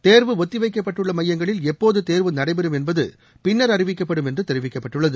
தேர்வு ஒத்திவைக்கப்பட்டுள்ள மையங்களில் எப்போது தேர்வு நடைபெறும் என்பது பின்னர் அறிவிக்கப்படும் என்று தெரிவிக்கப்பட்டுள்ளது